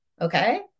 okay